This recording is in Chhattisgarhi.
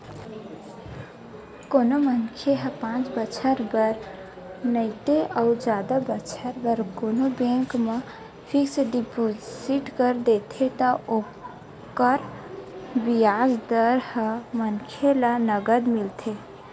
कोनो मनखे ह पाँच बछर बर नइते अउ जादा बछर बर कोनो बेंक म फिक्स डिपोजिट कर देथे त ओकर बियाज दर ह मनखे ल नँगत मिलथे